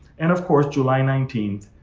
and, of course, july nineteenth,